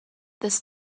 this